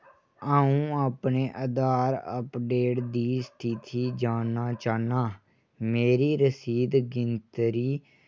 अ'ऊं अपने आधार अपडेट दी स्थिति जानना चाह्न्नां मेरी रसीद गिनतरी